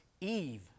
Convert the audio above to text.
Eve